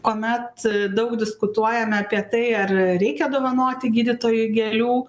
kuomet daug diskutuojame apie tai ar reikia dovanoti gydytojui gėlių